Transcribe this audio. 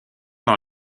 dans